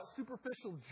superficial